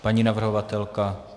Paní navrhovatelka?